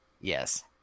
Yes